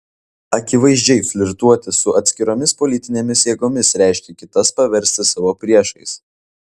akivaizdžiai flirtuoti su atskiromis politinėmis jėgomis reiškia kitas paversti savo priešais